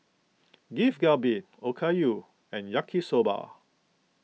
Beef Galbi Okayu and Yaki Soba